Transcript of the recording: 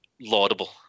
laudable